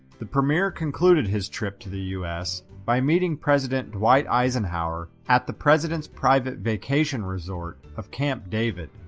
the premier concluded his trip to the us by meeting president dwight eisenhower at the president's private vacation resort of camp david.